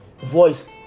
voice